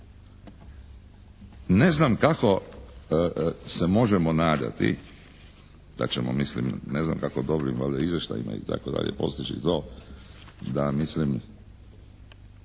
Ne znam kako se možemo nadati da ćemo mislim ne znam kako dobrim valjda izvještajima itd. postići to da mislim,